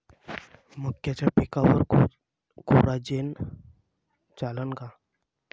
मक्याच्या पिकावर कोराजेन चालन का?